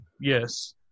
Yes